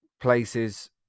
places